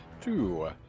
two